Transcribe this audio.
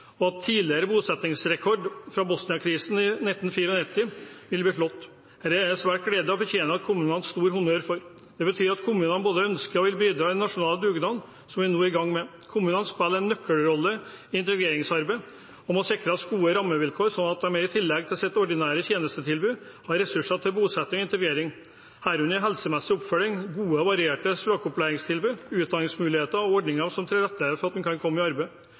og at tidligere bosettingsrekord fra Bosnia-krisen i 1994 vil bli slått. Dette er svært gledelig, og det fortjener kommunene stor honnør for. Det betyr at kommunene både ønsker og vil bidra i den nasjonale dugnaden vi nå er i gang med. Kommunene spiller en nøkkelrolle i integreringsarbeidet og må sikres gode rammevilkår så de i tillegg til sitt ordinære tjenestetilbud har ressurser til bosetting og integrering, herunder helsemessig oppfølging, gode og varierte språkopplæringstilbud, utdanningsmuligheter og ordninger som tilrettelegger for at man kan komme i arbeid.